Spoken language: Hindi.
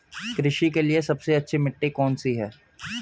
कृषि के लिए सबसे अच्छी मिट्टी कौन सी है?